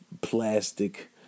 plastic